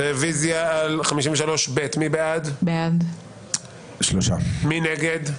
הצבעה בעד, 2 נגד,